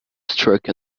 struck